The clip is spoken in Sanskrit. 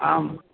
आम्